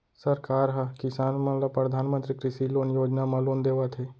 सरकार ह किसान मन ल परधानमंतरी कृषि लोन योजना म लोन देवत हे